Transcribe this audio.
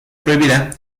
prohibida